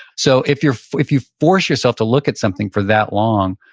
so if you if you force yourself to look at something for that long,